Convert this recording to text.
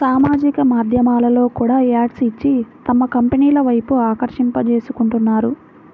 సామాజిక మాధ్యమాల్లో కూడా యాడ్స్ ఇచ్చి తమ కంపెనీల వైపు ఆకర్షింపజేసుకుంటున్నారు